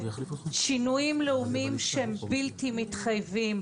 שינויים לאומיים שהם בלתי מתחייבים,